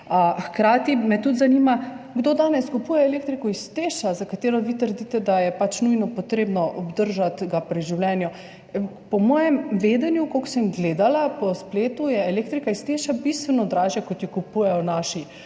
Hkrati me tudi zanima, kdo danes kupuje elektriko iz TEŠ, za katerega vi trdite, da ga je nujno potrebno obdržati pri življenju. Po mojem vedenju, kolikor sem gledala po spletu, je elektrika iz TEŠ bistveno dražja, kot jo kupujejo naša